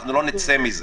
לא נצא מזה.